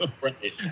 Right